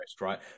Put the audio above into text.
right